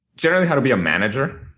generally how to be a manager.